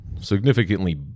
significantly